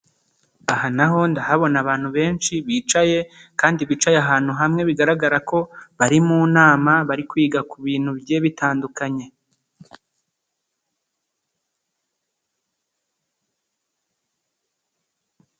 Aha na ho ndahabona abantu benshi bicaye kandi bicaye ahantu hamwe bigaragara ko bari mu nama bari kwiga ku bintu bigiye bitandukanye.